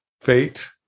fate